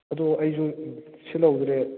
ꯑꯗꯣ ꯑꯩꯁꯨ ꯁꯤꯜꯍꯧꯗ꯭ꯔꯦ